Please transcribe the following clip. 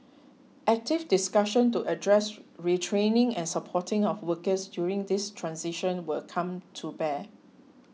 active discussion to address retraining and supporting of workers during this transition will come to bear